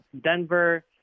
Denver